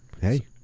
hey